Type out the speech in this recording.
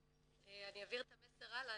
אני אעביר את המסר הלאה,